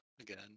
again